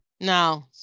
No